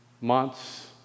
months